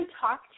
talk